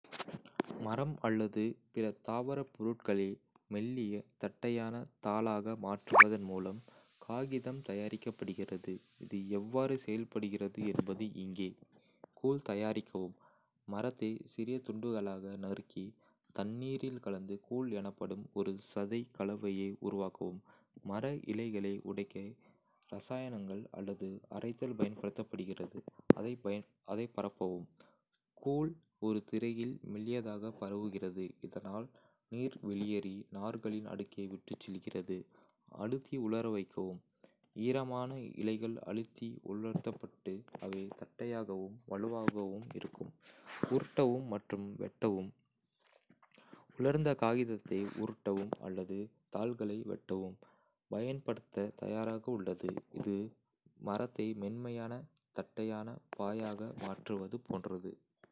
மரம் அல்லது பிற தாவரப் பொருட்களை மெல்லிய, தட்டையான தாளாக மாற்றுவதன் மூலம் காகிதம் தயாரிக்கப்படுகிறது. இது எவ்வாறு செயல்படுகிறது என்பது இங்கே. கூழ் தயாரிக்கவும்: மரத்தை சிறிய துண்டுகளாக நறுக்கி தண்ணீரில் கலந்து கூழ் எனப்படும் ஒரு சதை கலவையை உருவாக்கவும். மர இழைகளை உடைக்க இரசாயனங்கள் அல்லது அரைத்தல் பயன்படுத்தப்படுகிறது. அதை பரப்பவும் கூழ் ஒரு திரையில் மெல்லியதாக பரவுகிறது, இதனால் நீர் வெளியேறி, நார்களின் அடுக்கை விட்டுச் செல்கிறது. அழுத்தி உலர வைக்கவும் ஈரமான இழைகள் அழுத்தி உலர்த்தப்பட்டு அவை தட்டையாகவும் வலுவாகவும் இருக்கும். உருட்டவும் மற்றும் வெட்டவும் உலர்ந்த காகிதத்தை உருட்டவும் அல்லது தாள்களாக வெட்டவும், பயன்படுத்த தயாராக உள்ளது. இது மரத்தை மென்மையான, தட்டையான பாயாக மாற்றுவது போன்றது!